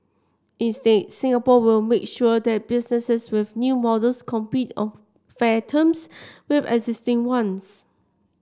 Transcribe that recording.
instead Singapore will make sure that businesses with new models compete on fair terms with existing ones